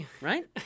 Right